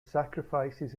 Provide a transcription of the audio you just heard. sacrifices